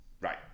Right